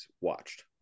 watched